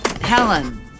Helen